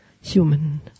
human